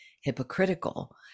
hypocritical